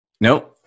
Nope